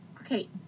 okay